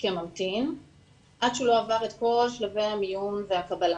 כממתין עד שהוא לא עבר את כל שלבי המיון והקבלה,